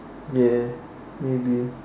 ya maybe